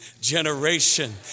generation